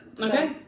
Okay